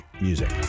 music